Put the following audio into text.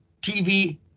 TV